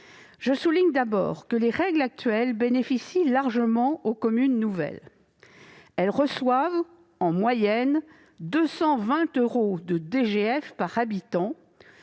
de souligner que les règles actuelles bénéficient largement aux communes nouvelles. Elles reçoivent en moyenne 220 euros par habitant